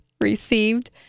received